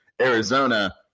Arizona –